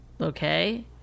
Okay